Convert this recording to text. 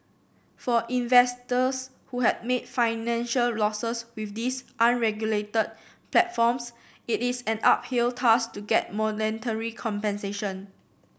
for investors who have made financial losses with these unregulated platforms it is an uphill task to get monetary compensation